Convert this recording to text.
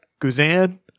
Guzan